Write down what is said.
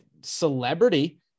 celebrity